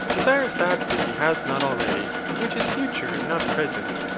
desires that which he has not already, and which is future and not present,